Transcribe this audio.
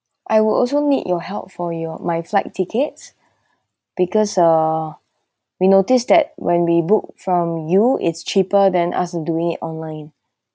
I will also need your help for your my flight tickets because uh we noticed that when we book from you it's cheaper than us doing it online